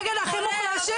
נגד -- נשים?